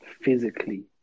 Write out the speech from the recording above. physically